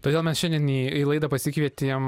todėl mes šiandien į laidą pasikvietėm